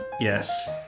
Yes